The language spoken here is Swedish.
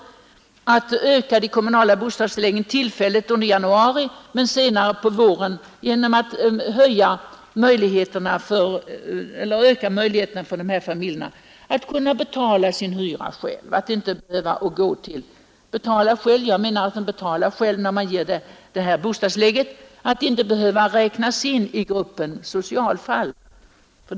Det går ut på att höja de statliga bostadstilläggen tillfälligt under januari men senare under våren öka möjligheterna för familjerna att kunna betala sin hyra själva, givetvis med bostadstillägg. Då behöver de inte räknas in i gruppen socialfall.